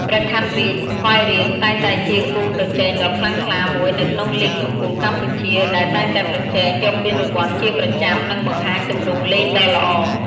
ព្រះខ័នរាជស្វាយរៀងតែងតែជាគូប្រជែងដ៏ខ្លាំងក្លាមួយនៅក្នុងលីគកំពូលកម្ពុជា ដែលតែងតែប្រជែងយកពានរង្វាន់ជាប្រចាំ និងបង្ហាញទម្រង់លេងដ៏ល្អ។